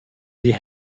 sie